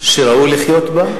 שראוי לחיות בה,